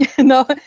No